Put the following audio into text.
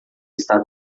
está